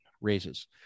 raises